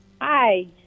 Hi